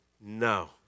No